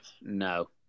No